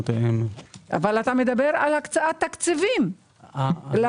אבל אתה מדבר על הקצאת תקציבים לנושא.